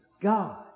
God